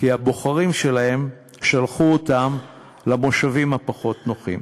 כי הבוחרים שלהם שלחו אותם למושבים הפחות-נוחים.